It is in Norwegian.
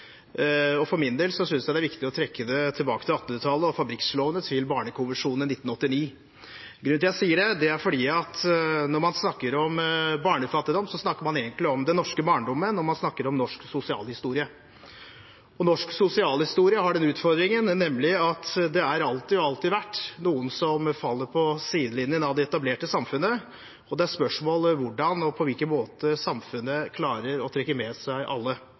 For min del er det viktig å trekke linjene tilbake til 1800-tallet og fabrikklovene og til Barnekonvensjonen i 1989. Grunnen til at jeg sier det, er at når man snakker om barnefattigdom, snakker man egentlig om den norske barndommen, og man snakker om norsk sosialhistorie. Og norsk sosialhistorie har den utfordringen at det alltid er, og alltid har vært, noen som faller på siden av det etablerte samfunnet, og da er spørsmålet hvordan og på hvilken måte samfunnet klarer å trekke med seg alle.